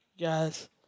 guys